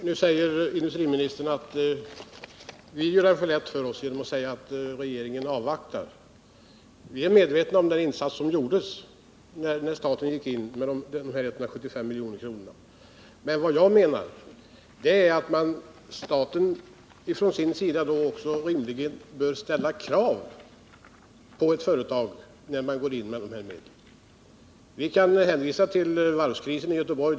Herr talman! Industriministern anser att vi gör det lätt för oss genom att säga att regeringen avvaktar. Vi är medvetna om den insats som gjordes när staten gick in med 175 milj.kr. Men vad jag menar är att staten också rimligen bör ställa krav på företaget, när staten går in med de här medlen. Vi kan hänvisa till varvskrisen i Göteborg.